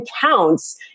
counts